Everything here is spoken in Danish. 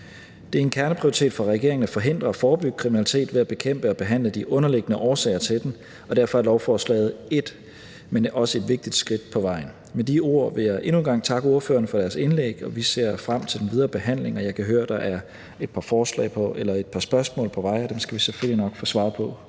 Det er en kerneprioritet for regeringen at forhindre og forebygge kriminalitet ved at bekæmpe og behandle de underliggende årsager til den, og derfor er lovforslaget et vigtigt skridt på vejen. Med de ord vil jeg endnu en gang takke ordførerne for deres indlæg, og vi ser frem til den videre behandling. Jeg kan høre, at der er et par spørgsmål på vej, og dem skal vi selvfølgelig nok få svaret på